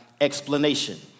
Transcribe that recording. explanation